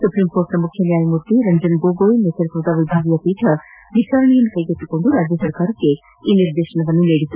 ಸುಪ್ರೀಂಕೋರ್ಟ್ನ ಮುಖ್ಯ ನ್ಯಾಯಮೂರ್ತಿ ರಂಜನ್ ಗೋಗೊಯ್ ನೇತೃತ್ವದ ವಿಭಾಗೀಯ ಪೀಠ ವಿಚಾರಣೆ ಕೈಗೆತ್ತಿಕೊಂಡು ರಾಜ್ಯ ಸರ್ಕಾರಕ್ಕೆ ನಿರ್ದೇಶನ ನೀಡಿದೆ